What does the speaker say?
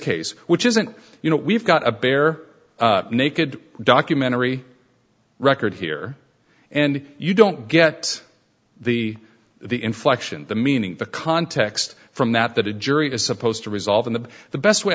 case which isn't you know we've got a bare naked documentary record here and you don't get the the inflection the meaning the context from that that a jury is supposed to resolve and of the best way